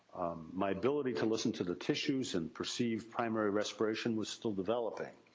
my ability to listen to the tissues, and perceive primary respiration, was still developing.